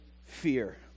fear